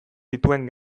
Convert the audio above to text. dituen